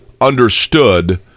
understood